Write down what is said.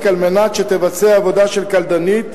המעסיק, על מנת שתבצע עבודה של קלדנית,